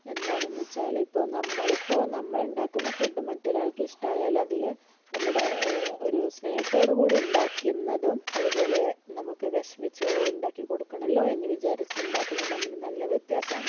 എന്താണെന്ന് വെച്ചാൽ ഇപ്പോൾ നമ്മൾ ഇപ്പോൾ നമ്മൾ ഉണ്ടാക്കുന്ന ഫുഡ് മറ്റൊരാൾക്ക് ഇഷ്ടമായാൽ അതിൽ നമ്മുടെ ഒരു സ്നേഹത്തോട് കൂടി ഉണ്ടാക്കിയെന്നതും അതുപോലെ നമുക്ക് വിഷമിച്ചു കൊണ്ട് കൊടുക്കണമല്ലോ എന്ന് വിചാരിച്ച് ഉണ്ടാക്കണതും തമ്മിൽ നല്ല വ്യത്യാസമാണ്